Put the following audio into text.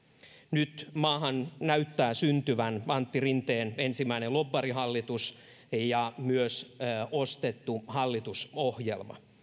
nyt maahan näyttää syntyvän antti rinteen ensimmäinen lobbarihallitus ja myös ostettu hallitusohjelma